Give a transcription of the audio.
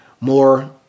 more